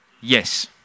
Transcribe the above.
Yes